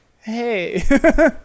hey